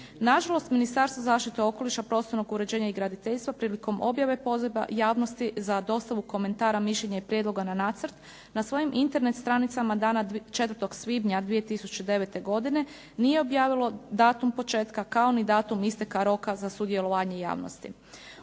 Nažalost, Ministarstvo zaštite okoliša, prostornog uređenja i graditeljstva prilikom objave poziva javnosti za dostavu komentara, mišljenja i prijedloga na nacrt, na svojim Internet stranicama dana 4. svibnja 2009. godine nije objavilo datum početka, kao ni datum isteka roka za sudjelovanje javnosti.